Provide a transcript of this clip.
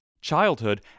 childhood